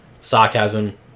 sarcasm